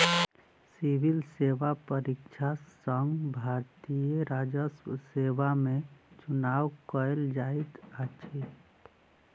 civil सेवा परीक्षा सॅ भारतीय राजस्व सेवा में चुनाव कयल जाइत अछि